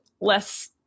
less